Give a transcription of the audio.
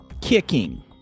kicking